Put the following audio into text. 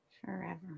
Forever